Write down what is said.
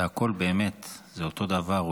והכול באמת זה אותו דבר,